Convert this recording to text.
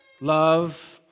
Love